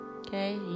Okay